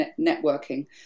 networking